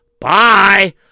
Bye